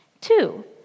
Two